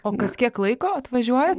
o kas kiek laiko atvažiuojat